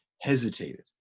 Hesitated